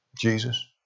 Jesus